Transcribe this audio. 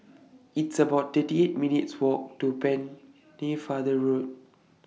It's about thirty eight minutes' Walk to Pennefather Road